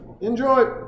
Enjoy